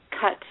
cut